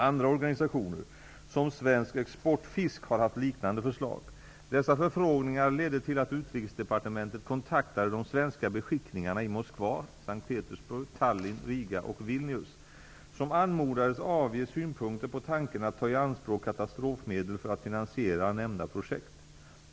Andra organisationer, som Svensk Exportfisk, har haft liknande förslag. Dessa förfrågningar ledde till att Utrikesdepartementet kontaktade de svenska beskickningarna i Moskva, S:t Petersburg, Tallinn, Riga och Vilnius som anmodades avge synpunkter på tanken att ta i anspråk katastrofmedel för att finansiera nämnda projekt.